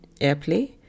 airplay